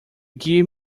give